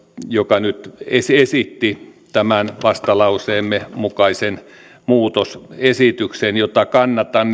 joka nyt esitti tämän vastalauseemme mukaisen muutosesityksen jota kannatan